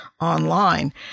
online